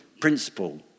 principle